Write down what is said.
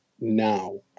now